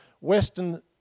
Western